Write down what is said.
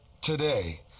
today